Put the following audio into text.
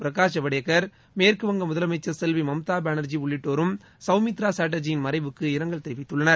பிரகாஷ் ஜவடேகர் மேற்கு வங்க முதலமைச்சர் செல்வி மம்தா பானர்ஜி உள்ளிட்டோரும் சௌமித்திரா சாட்டர்ஜியின் மறைவுக்கு இரங்கல் தெரிவித்துள்ளனர்